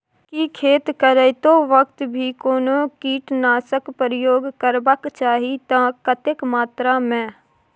की खेत करैतो वक्त भी कोनो कीटनासक प्रयोग करबाक चाही त कतेक मात्रा में?